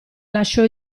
lasciò